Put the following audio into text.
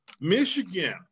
Michigan